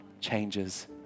changes